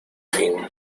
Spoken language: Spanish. fin